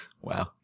Wow